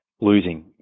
losing